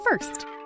first